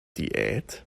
diät